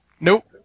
Nope